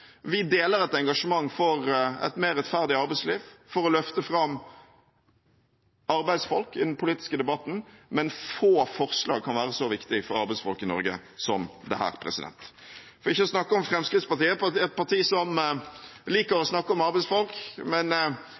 Vi deler et engasjement for et mer rettferdig arbeidsliv for å løfte fram arbeidsfolk i den politiske debatten, men få forslag kan være så viktig for arbeidsfolk i Norge som dette. For ikke å snakke om Fremskrittspartiet, et parti som liker å snakke om arbeidsfolk, men